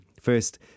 First